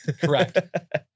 correct